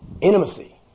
Intimacy